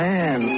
Man